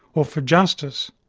or for justice.